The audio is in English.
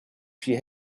she